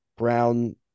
Brown